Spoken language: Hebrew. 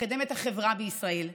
לקדם את החברה בישראל,